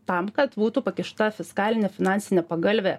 tam kad būtų pakišta fiskalinė finansinė pagalvė